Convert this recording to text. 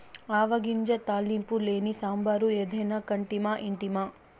ఆవ గింజ తాలింపు లేని సాంబారు ఏదైనా కంటిమా ఇంటిమా